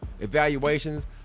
evaluations